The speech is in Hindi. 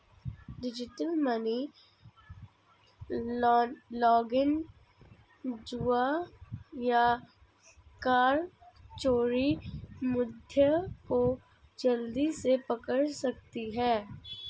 डिजिटल मनी लॉन्ड्रिंग, जुआ या कर चोरी मुद्दे को जल्दी से पकड़ सकती है